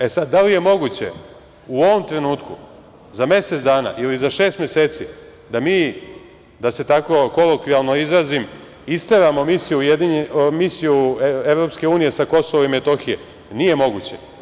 E, sad, da li je moguće u ovom trenutku, za mesec dana ili za šest meseci da mi, da se tako kolokvijalno izrazim, isteramo misiju EU sa KiM - nije moguće.